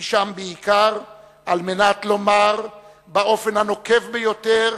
היא שם בעיקר על מנת לומר באופן הנוקב ביותר,